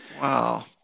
Wow